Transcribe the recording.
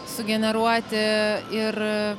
sugeneruoti ir